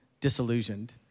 disillusioned